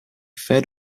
fed